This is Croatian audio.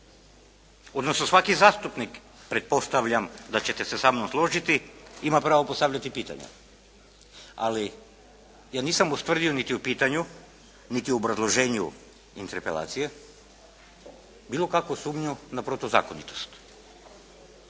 Odnosno svaki zastupnik, pretpostavljam da ćete se samnom složiti ima pravo postavljati pitanja. Ali ja nisam ustvrdio niti u pitanju, niti u obrazloženju interpelacije bilo kakvu sumnju na protuzakonitost.